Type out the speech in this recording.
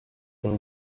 and